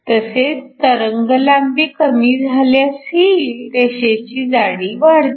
तसेच तरंगलांबी कमी झाल्यासही रेषेची जाडी वाढते